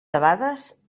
debades